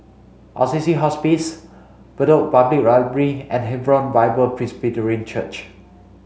Assisi Hospice Bedok Public Library and Hebron Bible Presbyterian Church